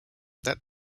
that